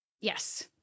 Yes